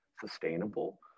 sustainable